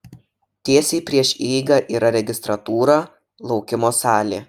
tiesiai prieš įeigą yra registratūra laukimo salė